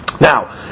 Now